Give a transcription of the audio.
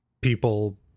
people